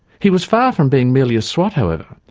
he was far from being merely a swot, however.